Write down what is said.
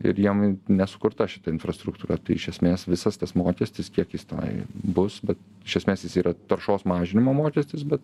ir jiem nesukurta šita infrastruktūra tai iš esmės visas tas mokestis kiek jis tenai bus bet iš esmės jis yra taršos mažinimo mokestis bet